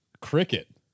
cricket